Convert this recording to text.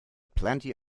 plenty